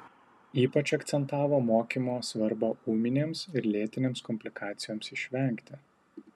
ypač akcentavo mokymo svarbą ūminėms ir lėtinėms komplikacijoms išvengti